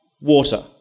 water